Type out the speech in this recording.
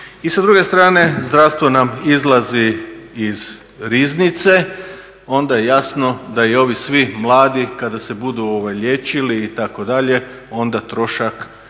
I sa druge strane zdravstvo nam izlazi iz riznice, onda jasno da i ovi svi mladi kada se budu liječili itd. onda će trošak